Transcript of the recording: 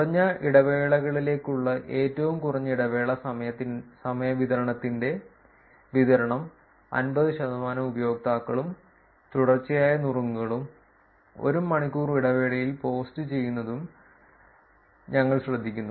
കുറഞ്ഞ ഇടവേളകളിലേക്കുള്ള ഏറ്റവും കുറഞ്ഞ ഇടവേള സമയ വിതരണത്തിന്റെ വിതരണം 50 ശതമാനം ഉപയോക്താക്കളും തുടർച്ചയായ നുറുങ്ങുകളും 1 മണിക്കൂർ ഇടവേളയിൽ പോസ്റ്റുചെയ്യുന്നതും ഞങ്ങൾ ശ്രദ്ധിക്കുന്നു